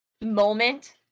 moment